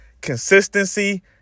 Consistency